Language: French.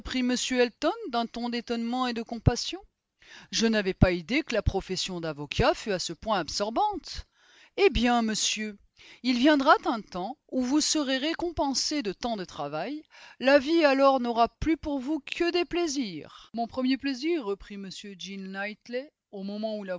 m elton d'un ton d'étonnement et de compassion je n'avais pas idée que la profession d'avocat fût à ce point absorbante eh bien monsieur il viendra un temps où vous serez récompensé de tant de travail la vie alors n'aura plus pour vous que des plaisirs mon premier plaisir reprit m jean knightley au moment où